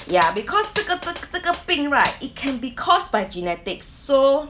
ya because 这个这这个病 right it can be caused by genetic so